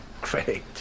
great